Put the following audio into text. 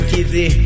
Kizzy